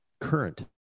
current